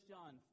John